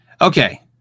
Okay